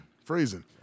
Phrasing